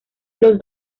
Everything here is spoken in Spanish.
los